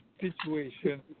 Situation